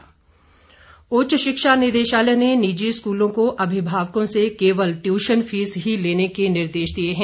tuition fees उच्च शिक्षा निदेशालय ने निजी स्कूलों को अभिभावकों से केवल ट्यूशन फीस ही लेने के निर्देश दिए हैं